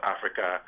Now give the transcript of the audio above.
Africa